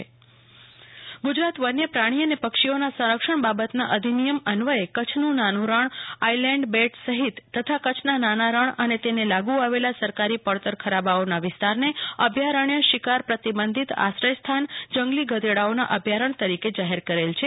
કુલ્પના શાહ ઘુડખર અભ્યાણ્ય ગુજરાત વન્ય પ્રાણી અને પક્ષીઓનાં સંરક્ષણ બાબતના અધિનિયમ અન્વયે કચ્છનું નાનું રણ આઇલેન્ડબેટ સહિત તથા કચ્છના નાના રણ અને તેને લાગુ આવેલા સરકારી પડતર ખરાબાઓના વિસ્તારને અભયારણ્ય શિકાર પ્રતિબંધિત આશ્રય સ્થાન જંગલી ગધેડાઓના અભયારણ્ય તરીકે જાહેર કરેલા છે